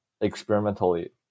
experimentally